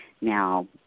Now